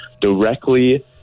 directly